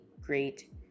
great